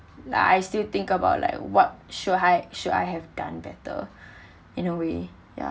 like I still think about like what should I should I have done better in a way ya